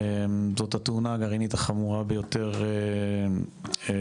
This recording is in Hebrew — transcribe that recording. זו התאונה הגרעינית החמורה ביותר שהייתה